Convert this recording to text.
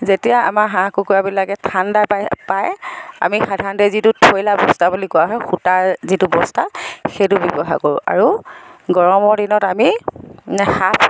যেতিয়া আমাৰ হাঁহ কুকুৰাবিলাকে ঠাণ্ডা পাই আমি যিটো থৈলা বস্তা বুলি কোৱা হয় সূতাৰ যিটো বস্তা সেইটো ব্যৱহাৰ কৰোঁ আৰু গৰমৰ দিনত আমি